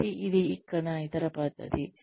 కాబట్టి ఇది ఇక్కడ ఇతర పద్ధతి